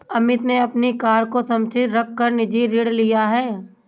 अमित ने अपनी कार को संपार्श्विक रख कर निजी ऋण लिया है